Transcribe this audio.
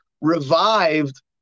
revived